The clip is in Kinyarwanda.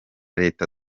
leta